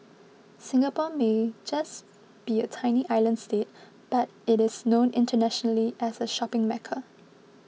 Singapore may just be a tiny island state but it is known internationally as a shopping Mecca